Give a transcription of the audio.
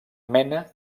mena